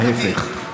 ההפך.